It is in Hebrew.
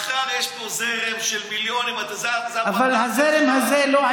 מחר יש פה זרם של מיליונים, זו הפנטזיה שלך.